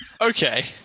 Okay